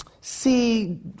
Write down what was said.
see